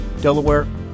Delaware